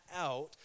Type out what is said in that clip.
out